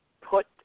put